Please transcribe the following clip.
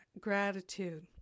gratitude